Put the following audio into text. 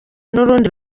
n’urundi